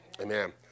Amen